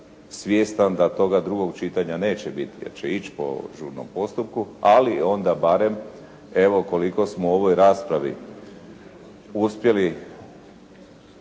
svjestan da toga drugog čitanja neće biti jer će ići po žurnom postupku, ali onda barem evo koliko smo u ovoj raspravi uspjeli